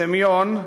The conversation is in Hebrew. סמיון,